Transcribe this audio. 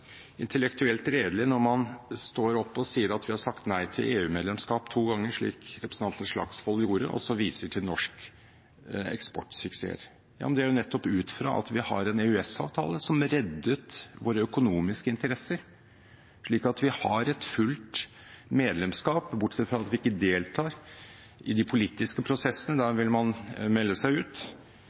intellektuelt redelige når man står opp og sier at vi har sagt nei til EU-medlemskap to ganger, som representanten Slagsvold Vedum gjorde, og så viser til den norske eksportsuksessen. Men det er jo nettopp ut fra at vi har en EØS-avtale, som reddet våre økonomiske interesser ved at vi har fullt medlemskap, bortsett fra at vi ikke deltar i de politiske prosessene. Der ville man melde seg ut